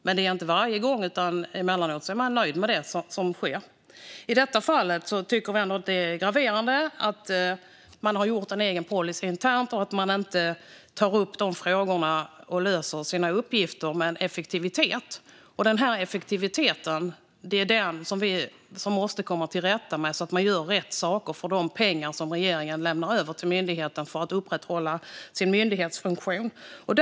Men det händer inte varje gång. Emellanåt är man nöjd med det som sker. I detta fall tycker vi att det är graverande att det har gjorts en egen intern policy och att man inte tar upp frågorna och effektivt löser sina uppgifter. Det är den effektiviteten man måste komma till rätta med, så att man gör rätt saker för de pengar som regeringen lämnar över till myndigheten för att upprätthålla myndighetsfunktionen.